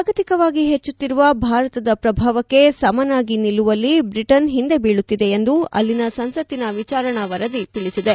ಜಾಗತಿಕವಾಗಿ ಹೆಚ್ಚುತ್ತಿರುವ ಭಾರತದ ಪ್ರಭಾವಕ್ಕೆ ಸಮನಾಗಿ ನಿಲ್ಲುವಲ್ಲಿ ಬ್ರಿಟನ್ ಹಿಂದೆ ಬಿಳುತ್ತಿದೆ ಎಂದು ಅಲ್ಲಿನ ಸಂಸತ್ತಿನ ವಿಚಾರಣಾ ವರದಿ ತಿಳಿಸಿದೆ